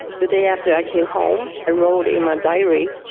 the day after i came home i wrote in my diary,